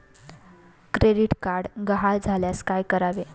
Credit card गहाळ झाल्यास काय करावे?